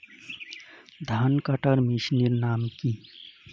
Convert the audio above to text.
ধান কাটার মেশিনের নাম কি?